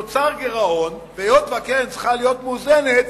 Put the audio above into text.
נוצר גירעון, והיות שהקרן צריכה להיות מאוזנת,